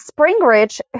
Springridge